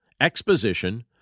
exposition